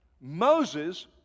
Moses